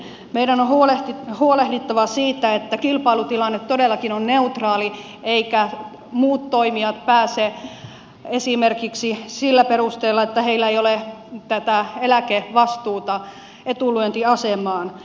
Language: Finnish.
meidän on huolehdittava siitä että kilpailutilanne todellakin on neutraali eivätkä muut toimijat pääse esimerkiksi sillä perusteella että heillä ei ole tätä eläkevastuuta etulyöntiasemaan